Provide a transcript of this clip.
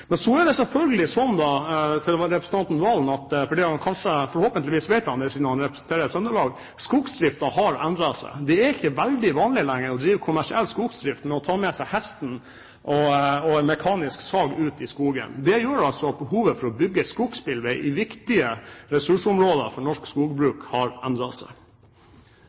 Så til representanten Serigstad Valen. Forhåpentligvis vet han det siden han representerer Trøndelag: Selvfølgelig har skogsdriften endret seg. Det er ikke veldig vanlig lenger å drive kommersiell skogsdrift ved å ta med seg hesten og en mekanisk sag ut i skogen. Det gjør at behovet for å bygge skogsbilvei i viktige ressursområder for norsk skogbruk har endret seg.